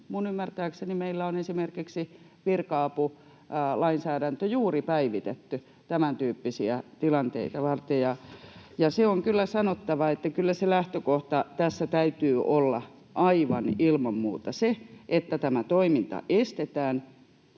ymmärtääkseni meillä on esimerkiksi virka-apulainsäädäntö juuri päivitetty tämäntyyppisiä tilanteita varten. Ja se on kyllä sanottava, että kyllä sen lähtökohdan tässä täytyy olla aivan ilman muuta se, että tämä toiminta estetään